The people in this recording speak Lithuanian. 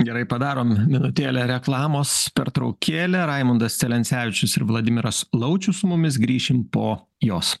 gerai padarom minutėlę reklamos pertraukėlę raimundas celencevičius ir vladimiras laučius su mumis grįšim po jos